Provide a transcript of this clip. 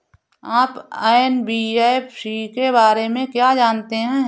आप एन.बी.एफ.सी के बारे में क्या जानते हैं?